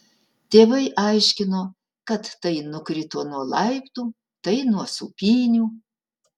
tėvai aiškino kad tai nukrito nuo laiptų tai nuo sūpynių